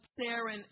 Sarah